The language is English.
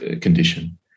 condition